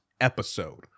episode